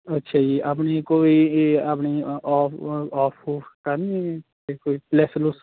ਅੱਛਾ ਜੀ ਆਪਣੀ ਕੋਈ ਇਹ ਆਪਣੀ ਔਫ਼ ਔਫ਼ ਊਫ਼ ਤਾਂ ਨਹੀਂ ਹੈ ਕੋਈ ਲੈੱਸ ਲੁੱਸ